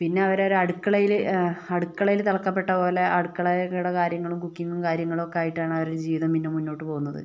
പിന്നെ അവരൊരു അടുക്കളേല് അടുക്കളേൽ തളയ്ക്കപ്പെട്ട പോലെ അടുക്കള അടുക്കള കാര്യങ്ങളും കുക്കിങ്ങും കാര്യങ്ങളുമൊക്കെ ആയിട്ടാണ് അവരുടെ ജീവിതം പിന്നെ മുന്നോട്ട് പോവുന്നത്